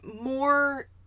more